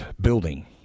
building